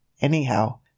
Anyhow